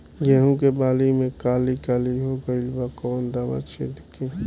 गेहूं के बाली में काली काली हो गइल बा कवन दावा छिड़कि?